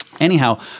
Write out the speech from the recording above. anyhow